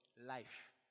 Life